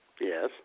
yes